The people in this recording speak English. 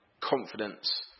confidence